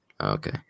Okay